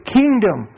kingdom